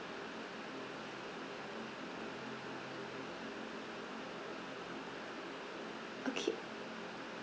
okay